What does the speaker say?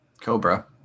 Cobra